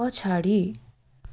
पछाडि